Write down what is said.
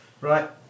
Right